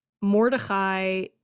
Mordecai